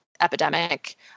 epidemic